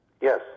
Yes